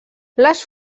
les